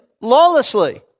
lawlessly